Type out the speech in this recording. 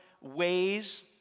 ways